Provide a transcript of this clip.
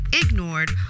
ignored